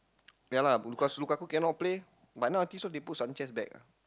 yeah lah because Lukaku cannot play but now I think so they put Sanchez back ah